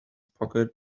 pocket